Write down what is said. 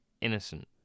Innocent